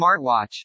smartwatch